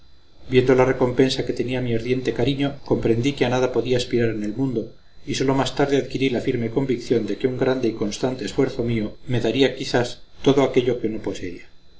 viendo la recompensa que tenía mi ardiente cariño comprendí que a nada podría aspirar en el mundo y sólo más tarde adquirí la firme convicción de que un grande y constante esfuerzo mío me daría quizás todo aquello que no poseía